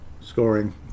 scoring